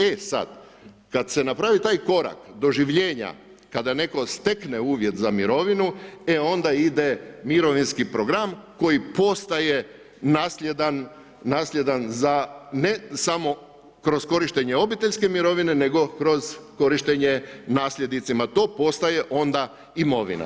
E sad, kada se napravi taj korak doživljenja kada neko stekne uvjet za mirovinu e onda ide mirovinski program koji postaje nasljedan za ne samo kroz korištenje obiteljske mirovine nego kroz korištenje nasljednicima, to postaje onda imovina.